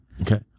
Okay